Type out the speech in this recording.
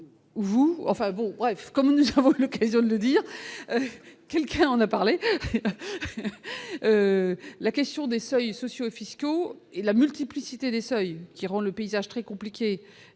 vous enfin bon bref. Comme le provoque le gazon de dire quelqu'un en a parlé, la question des seuils sociaux, fiscaux et la multiplicité des seuils. Qui rend le paysage très compliquée